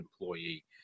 employee